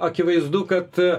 akivaizdu kad